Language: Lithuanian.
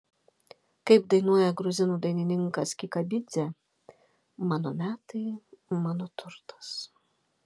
kaip dainuoja gruzinų dainininkas kikabidzė mano metai mano turtas